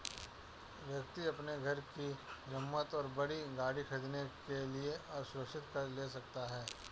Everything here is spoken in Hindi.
व्यक्ति अपने घर की मरम्मत और बड़ी गाड़ी खरीदने के लिए असुरक्षित कर्ज ले सकता है